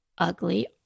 ugly